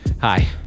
Hi